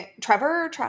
Trevor